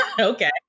Okay